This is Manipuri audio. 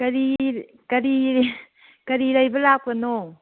ꯀꯔꯤ ꯀꯔꯤ ꯂꯩꯕ ꯂꯥꯛꯄꯅꯣ